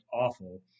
awful